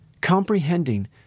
Comprehending